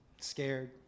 scared